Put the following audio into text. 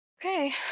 Okay